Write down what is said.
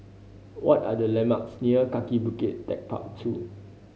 what are the landmarks near Kaki Bukit Techpark Two